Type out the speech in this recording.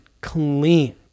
clean